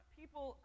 people